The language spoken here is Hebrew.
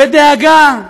ודאגה.